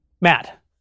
Matt